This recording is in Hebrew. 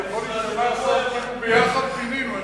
זה יכול להשתמע שביחד פינינו.